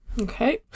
Okay